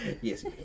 yes